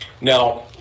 Now